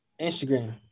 Instagram